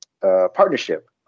partnership